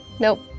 nope,